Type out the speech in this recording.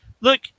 look